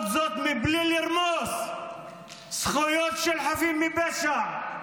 זאת מבלי לרמוס זכויות של חפים מפשע,